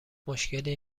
مشکلی